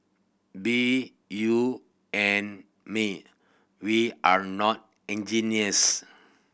be you and me we are not engineers